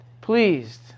pleased